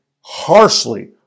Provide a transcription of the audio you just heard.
harshly